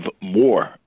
more